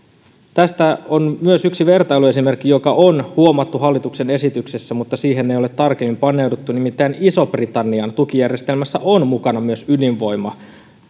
tästä on myös yksi vertailuesimerkki joka on huomattu hallituksen esityksessä mutta siihen ei ole tarkemmin paneuduttu nimittäin ison britannian tukijärjestelmässä on mukana myös ydinvoima